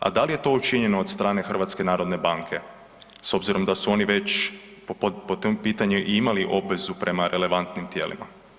A da li je to učinjeno od strane HNB-a s obzirom da su oni već po tom pitanju i imali obvezu prema relevantnim tijelima?